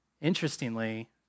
Interestingly